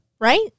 Right